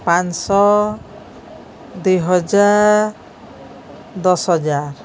ପାଞ୍ଚ ଶହ ଦୁଇହଜାର ଦଶ ହଜାର